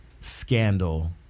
scandal